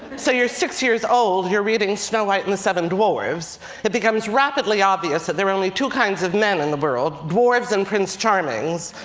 so you're six years old, you're reading snow white and the seven dwarves, and it becomes rapidly obvious that there are only two kinds of men in the world dwarves and prince charmings.